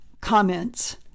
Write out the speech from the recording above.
Comments